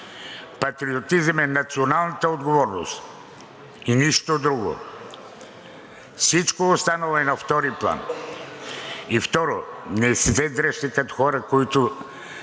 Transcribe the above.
Патриотизъм е националната отговорност – и нищо друго. Всичко останало е на втори план. И второ, не се дръжте като хора, които